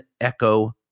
echo